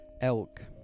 Elk